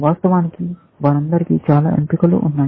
వాస్తవానికి వారందరికీ చాలా ఎంపికలు ఉన్నాయి